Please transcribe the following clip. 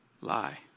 lie